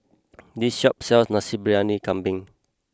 this shop sells Nasi Briyani Kambing